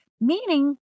meaning